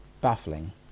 baffling